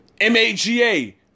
M-A-G-A